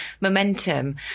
momentum